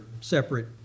separate